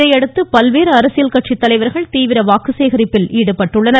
இதையடுத்து பல்வேறு அரசியல் கட்சி தலைவர்கள் தீவிர வாக்கு சேகரிப்பில் ஈடுபட்டுள்ளனர்